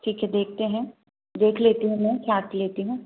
ठीक है देखते हैं देख लेती हूँ मैं छाँट लेती हूँ